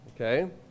Okay